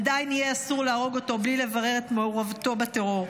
עדיין יהיה אסור להרוג אותו בלי לברר את מעורבותו בטרור.